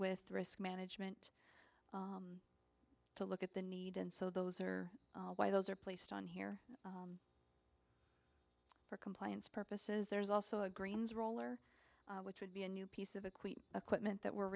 with the risk management to look at the need and so those are those are placed on here for compliance purposes there's also a greens roller which would be a new piece of equipment equipment that we're